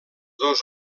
dos